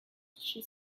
she